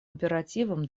императивом